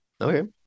Okay